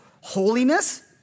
holiness